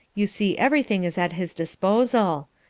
you see everything is at his disposal.